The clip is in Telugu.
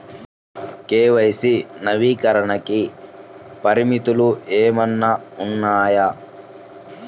కే.వై.సి నవీకరణకి పరిమితులు ఏమన్నా ఉన్నాయా?